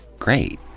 great.